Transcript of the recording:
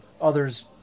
others